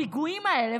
הפיגועים האלה,